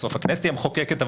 בסוף הכנסת היא המחוקקת,